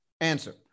Answer